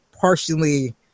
partially